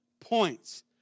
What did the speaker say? points